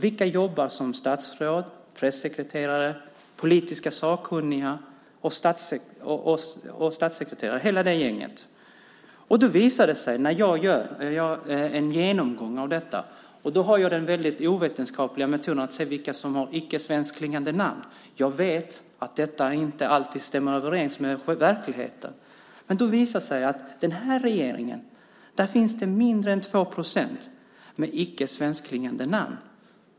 Vilka jobbar som statsråd, pressekreterare, politiskt sakkunniga och statssekreterare, hela det gänget? När jag gör en genomgång av detta har jag den väldigt ovetenskapliga metoden att se vilka som har icke-svenskklingande namn, även om jag vet att detta inte alltid stämmer överens med verkligheten. Det visar sig att i hela Regeringskansliet finns det mindre än 2 procent med icke svenskklingande namn.